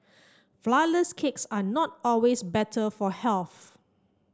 flourless cakes are not always better for health